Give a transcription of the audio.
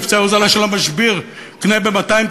מבצעי הוזלה של "המשביר" קנה ב-200,